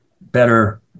better